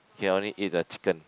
can only eat the chicken